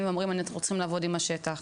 ואומרים "אנחנו רוצים לעבוד עם השטח".